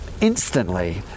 instantly